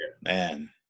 Man